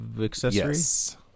accessories